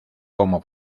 como